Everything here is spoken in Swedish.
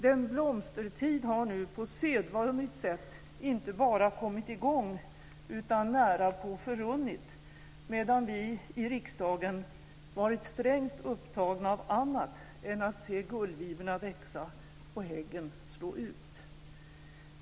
Den blomstertid har nu på sedvanligt sätt inte bara kommit, utan närapå förrunnit medan vi i riksdagen varit strängt upptagna av annat än att se gullvivorna växa och häggen slå ut.